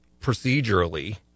procedurally